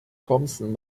thompson